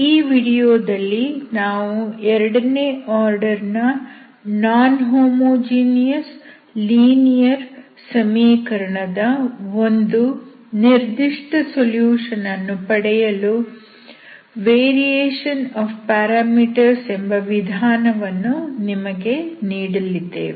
ಈ ವಿಡಿಯೋದಲ್ಲಿ ನಾವು ಎರಡನೇ ಆರ್ಡರ್ ನ ನಾನ್ ಹೋಮೋಜೀನಿಯಸ್ ಲೀನಿಯರ್ ಸಮೀಕರಣ ದ ಒಂದು ನಿರ್ದಿಷ್ಟ ಸೊಲ್ಯೂಷನ್ ಅನ್ನು ಪಡೆಯಲು ವೇರಿಯೇಷನ್ ಆಫ್ ಪ್ಯಾರಾಮೀಟರ್ಸ್ ಎಂಬ ವಿಧಾನವನ್ನು ನಿಮಗೆ ನೀಡಲಿದ್ದೇವೆ